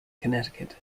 connecticut